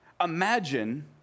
Imagine